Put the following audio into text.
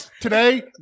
today